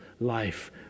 life